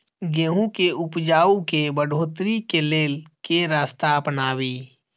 गेंहूँ केँ उपजाउ केँ बढ़ोतरी केँ लेल केँ रास्ता अपनाबी?